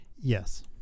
Yes